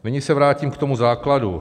Nyní se vrátím k tomu základu.